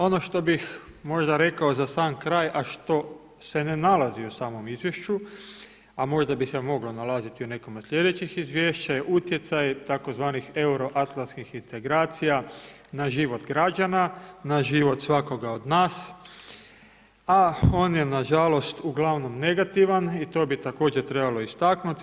Ono što bih možda rekao za sam kraj, a što se ne nalazi u samom izvješću, a možda bi se moglo nalaziti u nekome od slijedećih izvješća je utjecaj tzv. euro-atlantskih integracija na život građana, na život svakoga od nas, a on je nažalost uglavnom negativan i to bi također trebalo istaknuti.